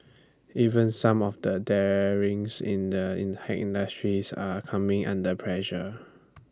even some of the darlings in the tech industry are coming under pressure